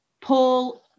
Paul